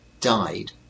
died